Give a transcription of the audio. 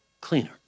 cleaner